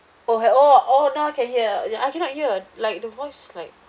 oh hear oh oh now I can hear I cannot hear like the voice is like